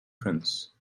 prince